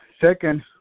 Second